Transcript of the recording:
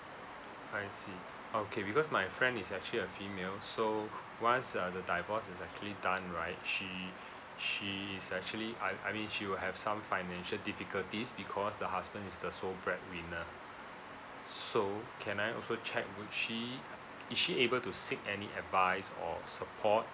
I see okay because my friend is actually a female so once uh the divorce is actually done right she she is actually I I mean she will have some financial difficulties because the husband is the sole bread winner so can I also check would she is she able to seek any advice or support